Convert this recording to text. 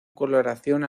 coloración